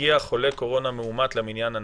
הגיע חולה קורונה מאומת למניין הנ"ל,